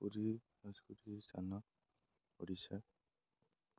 ପୁରୀ ସ୍ଥାନ ଓଡ଼ିଶା